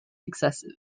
excessive